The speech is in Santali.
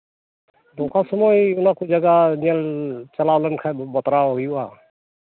ᱚᱠᱟ ᱥᱚᱢᱚᱭ ᱚᱱᱟ ᱠᱚ ᱡᱟᱭᱜᱟ ᱧᱮᱞ ᱪᱟᱞᱟᱣ ᱞᱮᱱᱠᱷᱟᱱ ᱵᱟᱛᱨᱟᱣ ᱦᱩᱭᱩᱜᱼᱟ